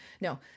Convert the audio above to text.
No